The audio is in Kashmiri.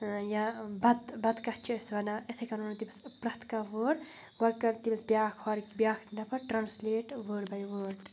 یا بَتہٕ بَتہٕ کَتھ چھِ أسۍ وَنان یِتھَے کَنۍ وَنو تٔمِس پرٛٮ۪تھ کانٛہہ وٲڑ ہورٕ کَرِ تٔمِس بیٛاکھ ہورٕ بیٛاکھ نفر ٹرٛانسلیٹ وٲڑ بَے وٲڑ